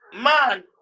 man